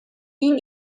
bin